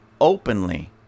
openly